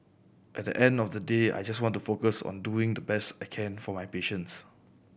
at the end of the day I just want to focus on doing the best I can for my patients